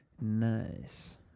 Nice